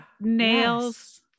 nails